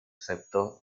excepto